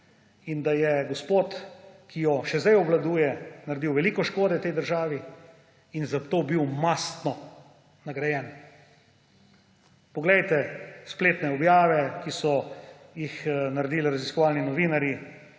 In da je gospod, ki jo še zdaj obvladuje, naredil veliko škode tej državi in za to bil mastno nagrajen. Poglejte spletne objave, ki so jih naredili raziskovalni novinarji.